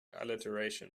alliteration